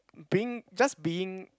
being just being